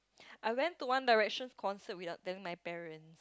I went to One Direction concert without telling my parent